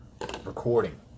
recording